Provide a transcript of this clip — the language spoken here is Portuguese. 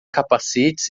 capacetes